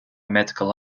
medical